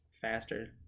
faster